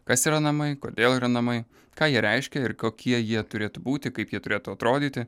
kas yra namai kodėl yra namai ką jie reiškia ir kokie jie turėtų būti kaip jie turėtų atrodyti